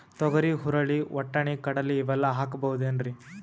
ತೊಗರಿ, ಹುರಳಿ, ವಟ್ಟಣಿ, ಕಡಲಿ ಇವೆಲ್ಲಾ ಹಾಕಬಹುದೇನ್ರಿ?